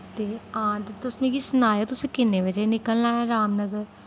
ते आं ते तुस मिगी सनाएओ तुसें किन्ने बजे निकलना ऐ रामनगर